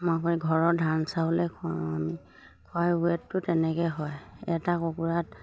ঘৰৰ ধান চাউলে খুৱাওঁ আমি খুৱাই ৱেটটো তেনেকৈয়ে হয় এটা কুকুৰাত